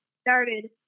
started